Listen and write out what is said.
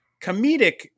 comedic